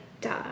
duh